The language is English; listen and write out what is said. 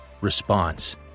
Response